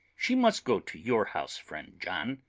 she must go to your house, friend john.